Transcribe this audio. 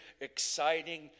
exciting